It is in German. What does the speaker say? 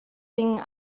singen